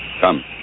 Come